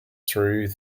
through